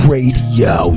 Radio